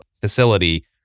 facility